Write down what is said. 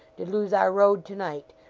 did lose our road to-night,